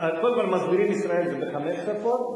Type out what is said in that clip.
"מסבירים ישראל" זה בחמש שפות,